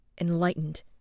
enlightened